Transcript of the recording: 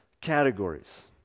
categories